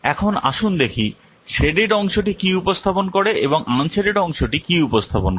এখন আসুন দেখি শেডেড অংশটি কী উপস্থাপন করে এবং আনশেডেড অংশটি কী উপস্থাপন করে